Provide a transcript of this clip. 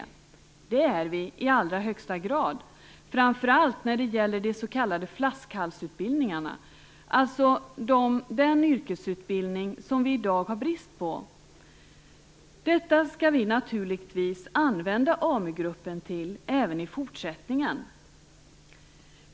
Ett sådant behov finns i allra högsta grad, framför allt när det gäller de s.k. flaskhalsutbildningarna, dvs. den yrkesutbildning som vi i dag har brist på. Detta skall vi naturligtvis använda Amu-gruppen till även i fortsättningen.